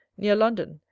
near london,